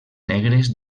negres